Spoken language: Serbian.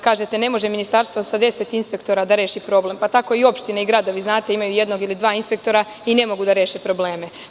Kažete – ne može Ministarstvo sa deset inspektora da reši problem, pa tako i opštine i gradovi, znate, imaju jednog ili dva inspektora i ne mogu da reše probleme.